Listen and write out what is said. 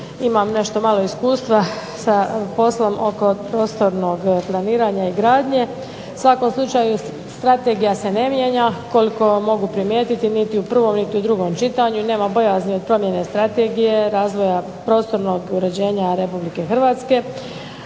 imam nešto malo iskustva sa poslom oko prostornog planiranja i gradnje. U svakom slučaju strategija se ne mijenja koliko mogu primijetiti niti u prvom niti u drugom čitanju i nema bojazni od promjene strategije, razvoja prostornog uređenja RH.